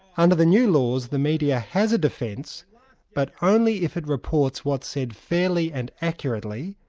under the new laws the media has a defence but only if it reports what's said fairly and accurately,